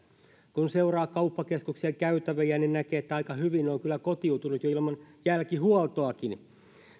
kun seuraa kauppakeskuksien käytäviä niin näkee että aika hyvin on kyllä kotiutunut jo ilman jälkihuoltoakin